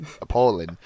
appalling